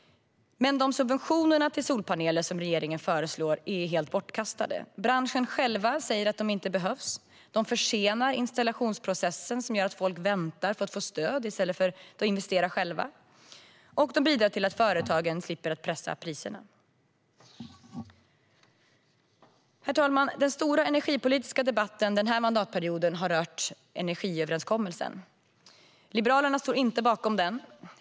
De subventioner till solpaneler som regeringen föreslår är dock helt bortkastade. Branschen själv säger att de inte behövs. De försenar installationsprocessen, vilket gör att folk väntar på stöd i stället för att investera i solpaneler själva. Subventionerna bidrar dessutom till att företagen slipper pressa priserna. Herr talman! Den stora energipolitiska debatten den här mandatperioden har rört energiöverenskommelsen. Liberalerna står inte bakom den.